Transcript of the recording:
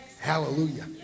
Hallelujah